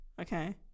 okay